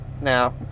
now